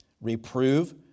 reprove